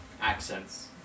accents